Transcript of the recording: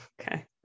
okay